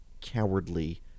cowardly